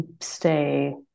stay